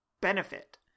benefit